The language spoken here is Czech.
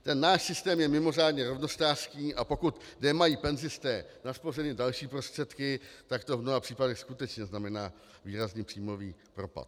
Ten náš systém je mimořádně rovnostářský, a pokud nemají penzisté naspořeny další prostředky, tak to v mnoha případech skutečně znamená výrazný příjmový propad.